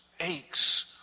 aches